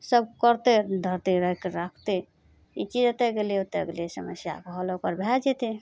सभ करतय धरतय राखि राखतय ई चीज एतऽ गेलय ओतऽ गेलय समस्याके हल ओकर भए जेतय